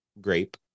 grape